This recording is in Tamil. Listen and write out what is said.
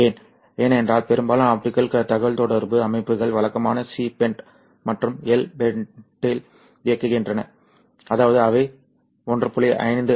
ஏன் ஏனென்றால் பெரும்பாலான ஆப்டிகல் தகவல்தொடர்பு அமைப்புகள் வழக்கமான சி பேண்ட் மற்றும் எல் பேண்டில் இயங்குகின்றன அதாவது அவை 1